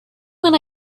when